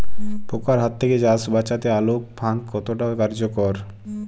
পোকার হাত থেকে চাষ বাচাতে আলোক ফাঁদ কতটা কার্যকর?